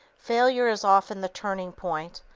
failure is often the turning-point,